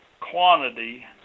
Quantity